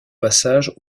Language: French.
passage